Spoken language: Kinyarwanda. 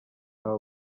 aba